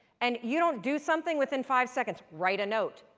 and you don't do something within five seconds write a note,